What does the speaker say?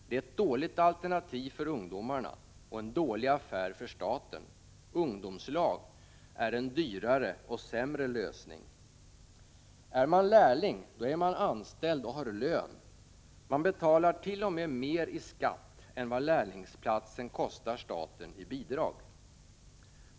Det är ett dåligt alternativ för ungdomarna och en dålig affär för staten — ungdomslag är en dyrare och sämre lösning. En lärling är anställd och har lön — han betalar t.o.m. mer i skatt än vad lärlingsplatsen kostar staten i bidrag!